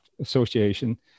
Association